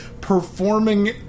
performing